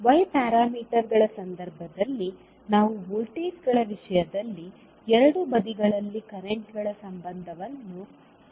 y ಪ್ಯಾರಾಮೀಟರ್ಗಳ ಸಂದರ್ಭದಲ್ಲಿ ನಾವು ವೋಲ್ಟೇಜ್ಗಳ ವಿಷಯದಲ್ಲಿ ಎರಡೂ ಬದಿಗಳಲ್ಲಿ ಕರೆಂಟ್ಗಳ ಸಂಬಂಧವನ್ನು ಸ್ಥಿರಗೊಳಿಸುತ್ತೇವೆ